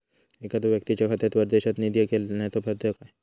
एखादो व्यक्तीच्या खात्यात परदेशात निधी घालन्याचो फायदो काय?